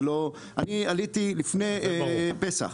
אני עליתי לפני פסח